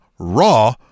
raw